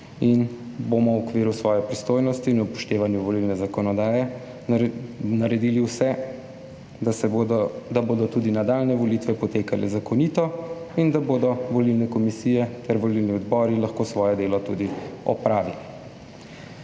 in bomo v okviru svoje pristojnosti in upoštevanju volilne zakonodaje naredili vse, da bodo tudi nadaljnje volitve potekale zakonito, in da bodo volilne komisije ter volilni odbori lahko svoje delo tudi opravili.